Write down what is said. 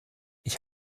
ich